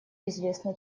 известно